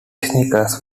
sneakers